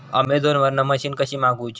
Amazon वरन machine कशी मागवची?